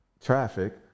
traffic